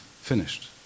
finished